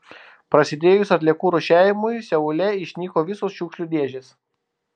prasidėjus atliekų rūšiavimui seule išnyko visos šiukšlių dėžės